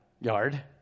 Yard